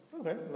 Okay